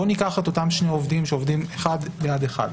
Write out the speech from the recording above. בוא ניקח את אותם שני עובדים שעובדים אחד ליד אחד,